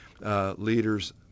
leaders